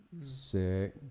sick